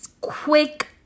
quick